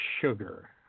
Sugar